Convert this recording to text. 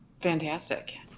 fantastic